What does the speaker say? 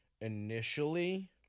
initially